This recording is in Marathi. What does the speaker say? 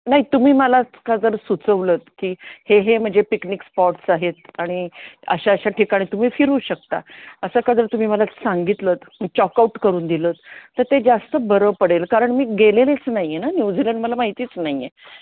नाही तुम्ही मला का जर सुचवलंत की हे हे म्हणजे पिकनिक स्पॉट्स आहेत आणि अशा अशा ठिकाणी तुम्ही फिरू शकता असं का जर तुम्ही मला सांगितलंत चॉकाउट करून दिलंत तर ते जास्त बरं पडेल कारण मी गेलेलीच नाही आहे ना न्यूझीलँड मला माहितीच नाही आहे